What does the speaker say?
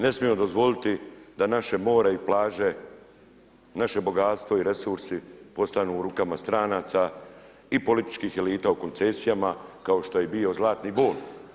Ne smijemo dozvoliti da naše more i plaže, naše bogatstvo i resursi postanu u rukama stranaca i političkih elita u koncesijama kao što je i bio Zlatni Bol.